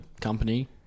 company